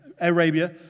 Arabia